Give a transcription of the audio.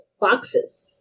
boxes